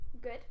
Good